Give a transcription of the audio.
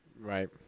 Right